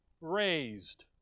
raised